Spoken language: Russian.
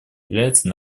является